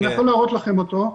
שאני יכול להראות לכם אותו,